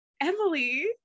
Emily